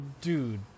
dude